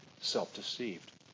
self-deceived